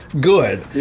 good